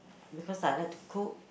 because I like to cook